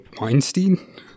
Weinstein